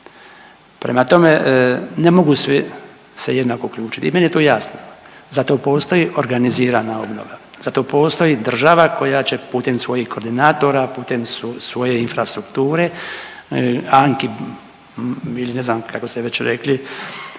Prema tome, ne mogu svi se jednako uključiti i meni je to jasno, zato postoji organizirana obnova, zato postoji država koja će putem svojih koordinatora, putem svoje infrastrukture Anki, ili ne znam kako ste već rekli,